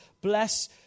bless